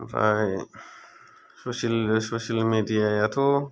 आमफ्राय social media आथ'